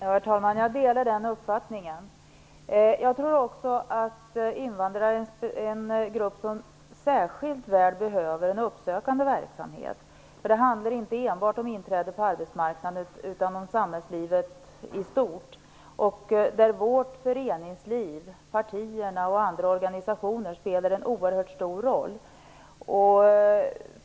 Herr talman! Jag delar den uppfattningen. Jag tror också att invandrare är en grupp som särskilt väl behöver en uppsökande verksamhet. Det handlar inte enbart om inträde på arbetsmarknaden utan om samhällslivet i stort, där vårt föreningsliv, partierna och andra organisationer spelar en oerhört stor roll.